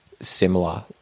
similar